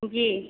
जी